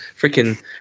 Freaking